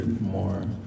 more